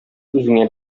үзеңә